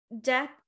death